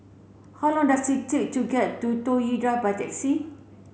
how long does it take to get to Toh Drive by taxi